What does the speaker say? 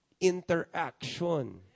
Interaction